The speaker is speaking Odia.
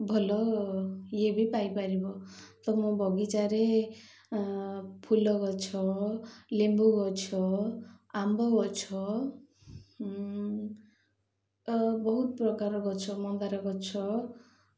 ଭଲ ଇଏ ବି ପାଇପାରିବ ତ ମୋ ବଗିଚାରେ ଫୁଲ ଗଛ ଲେମ୍ବୁ ଗଛ ଆମ୍ବ ଗଛ ଆଉ ବହୁତ ପ୍ରକାର ଗଛ ମନ୍ଦାର ଗଛ